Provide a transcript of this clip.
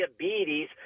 diabetes